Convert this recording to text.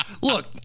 Look